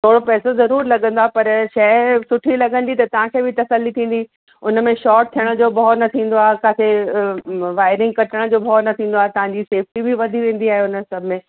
थोरो पैसो ज़रूर लॻंदो आहे पर शइ सुठी लॻंदी त तव्हांखे बि तसली थींदी उन में शॉट थियण जो भउ न थींदो आहे किथे वायरिंग कटण जो भउ न थींदो आहे तव्हांजी सेफ्टी बि वधी वेंदी आहे उन सभ में